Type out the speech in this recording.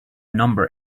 number